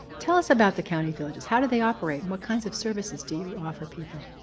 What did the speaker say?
tell us about the county village is how do they operate what kinds of services do you offer people.